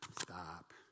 Stop